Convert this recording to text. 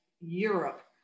Europe